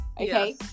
okay